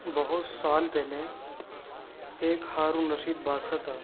بہت سال پہلے ایک ہارون رشید بادشاہ تھا